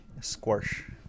Squash